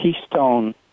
Keystone